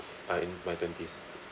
I in my twenties